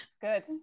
good